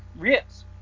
Yes